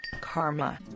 karma